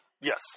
yes